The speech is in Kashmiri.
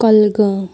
کۄلگام